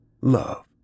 Love